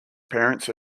parents